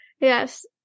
yes